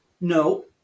no